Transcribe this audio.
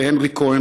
הנרי כהן,